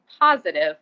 positive